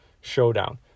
showdown